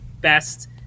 best